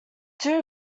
two